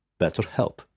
BetterHelp